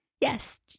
Yes